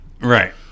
right